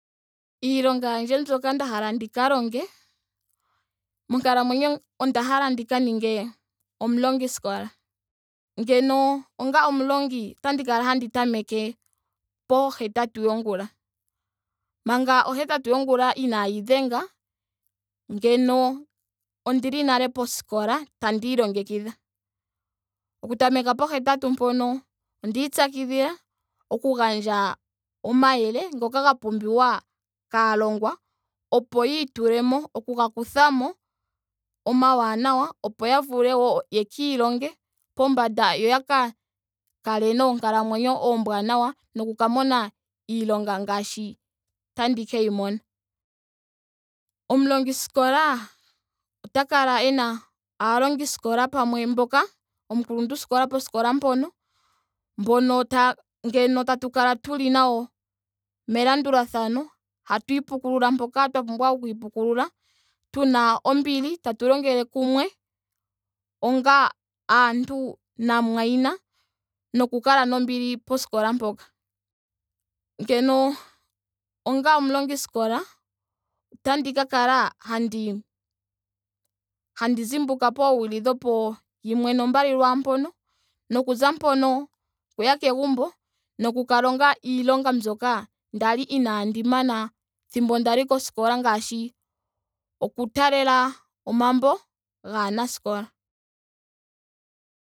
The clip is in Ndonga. Iilonga yandje mbyoka nda hala ndika longe monkalamwenyo onda hala ndika ninge omulongiskola. Ngeno onga omulongi. otandi kala handi tameke pohetatu yongula. Manga ohetatu yongula inaayi dhenga ngeno ondili nale poskola tandi ilongekidha. Okutameka pohetatu mpono onda ipyakidhila okugandja omayele ngoka ga pumbwa kaalongwa opo yiitule mo oku ga kutha mo omawanawa opo ya vule wo yaka ilonge pombanda yo yaka kale noonkalamwenyo oombwanawa noku ka mona iilonga ngaashi tandi keyi mona. Omulongiskola ota kala ena aalongiskola pamwe mboka. omukuluntu skola poskola mpoka mboka taaka ngeno tatu kala tuli nayo melandulathano. tatu ipukulula mpoka twa pumbwa oku ipukulula. tuna ombili. tatu longele kumwe onga aantu namumwayina. noku kala nombli poskola mpoka. Ngeno onga omulongiskola otandi kala handi handi zimbuka poowili dhopoyimwe nombali lwaampoka. noku za mpono okuya kegumbo. noku ka longa iilonga mbyoka ndali inaandi mana thimbo ndali koskola ngaashi oku talela omambo gaanaskola.